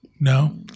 No